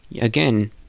again